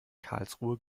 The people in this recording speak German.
karlsruhe